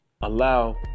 allow